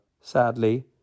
Sadly